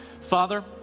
Father